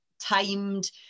timed